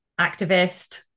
activist